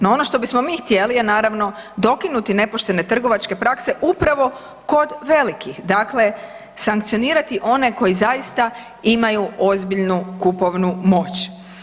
No ono što bismo mi htjeli je naravno dokinuti nepoštene trgovačke prakse upravo kod velikih, dakle sankcionirati one koji zaista imaju ozbiljnu kupovnu moć.